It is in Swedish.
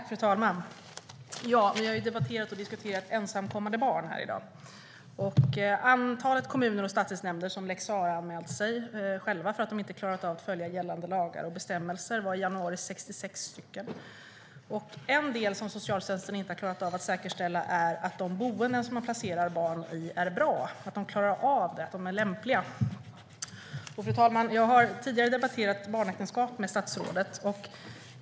Fru talman! Vi har ju debatterat och diskuterat ensamkommande barn här i dag. Antalet kommuner och stadsdelsnämnder som lex Sarah-anmält sig själva för att de inte klarat att följa gällande lagar och bestämmelser var i januari 66. En del som socialtjänsten inte har klarat av att säkerställa är att de boenden som man placerar barn i är bra, att de är lämpliga. Fru talman! Jag har tidigare debatterat barnäktenskap med statsrådet.